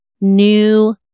new